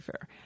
fair